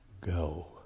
Go